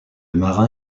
marin